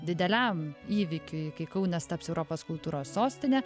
dideliam įvykiui kai kaunas taps europos kultūros sostine